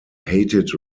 hated